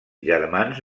germans